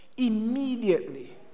immediately